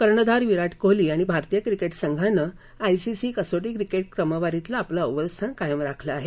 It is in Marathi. कर्णधार विराट कोहली आणि भारतीय क्रिकेट संघानं आयसीसी कसोटी क्रिकेट क्रमवारीतलं आपलं अव्वल स्थान कायम राखलं आहे